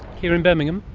here in birmingham?